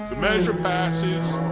measure passes.